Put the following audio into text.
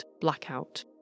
blackout